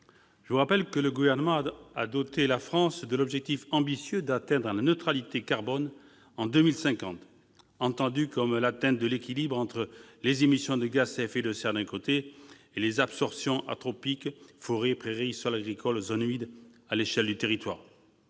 Je vous rappelle que le Gouvernement a doté la France de l'objectif ambitieux d'atteindre, en 2050, la neutralité carbone, entendue comme l'atteinte de l'équilibre entre les émissions de gaz à effet de serre et les absorptions anthropiques- forêt, prairies, sols agricoles, zones humides ... -à l'échelle territoriale.